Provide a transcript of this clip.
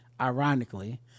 ironically